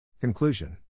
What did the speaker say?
Conclusion